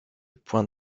points